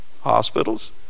hospitals